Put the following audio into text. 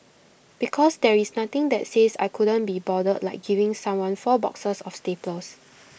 because there is nothing that says I couldn't be bothered like giving someone four boxes of staples